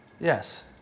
Yes